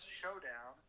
showdown